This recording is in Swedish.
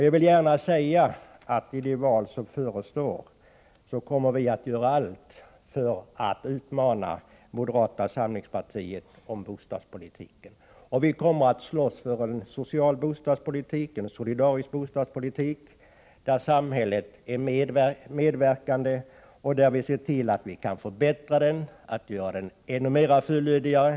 Jag vill gärna säga att vi inför det val som förestår kommer att göra allt för att utmana moderata samlingspartiet om bostadspolitiken. Vi kommer att slåss för en social bostadspolitik, en solidarisk bostadspolitik, där samhället medverkar, och vi skall se till att vi kan förbättra den och göra den fullödigare.